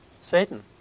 Satan